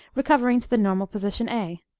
recovering to the normal position a.